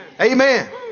Amen